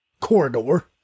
corridor